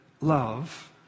love